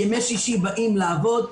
בימי שישי באים לעבוד.